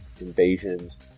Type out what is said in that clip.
invasions